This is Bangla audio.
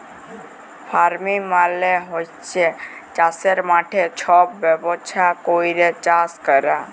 ফার্মিং মালে হছে চাষের মাঠে ছব ব্যবস্থা ক্যইরে চাষ ক্যরা